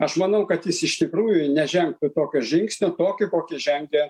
aš manau kad jis iš tikrųjų nežengtų tokio žingsnio tokį kokį žengė